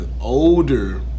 older